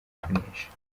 kunesha